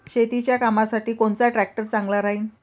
शेतीच्या कामासाठी कोनचा ट्रॅक्टर चांगला राहीन?